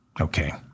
Okay